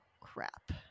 crap